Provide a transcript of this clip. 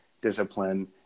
discipline